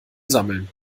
sammeln